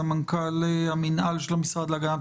סמנכ"ל המינהל במשרד להגנת